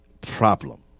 problem